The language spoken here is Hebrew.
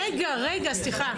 רגע, רגע, סליחה.